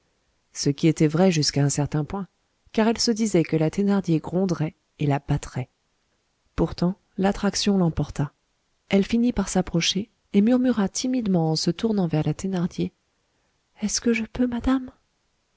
ce qui était vrai jusqu'à un certain point car elle se disait que la thénardier gronderait et la battrait pourtant l'attraction l'emporta elle finit par s'approcher et murmura timidement en se tournant vers la thénardier est-ce que je peux madame